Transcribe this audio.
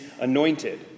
anointed